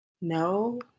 No